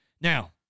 Now